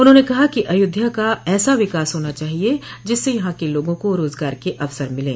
उन्होंने कहा कि अयोध्या का ऐसा विकास होना चाहिये जिससे यहां के लोगों को रोजगार के अवसर मिले